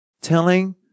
telling